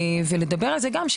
בנוסף,